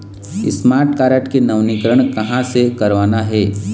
Smart card के नवीनीकरण कहां से करवाना हे?